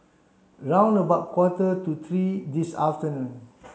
round about quarter to three this afternoon